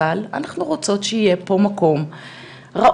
אבל אנחנו רוצות שיהיה פה מקום ראוי,